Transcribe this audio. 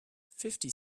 fifty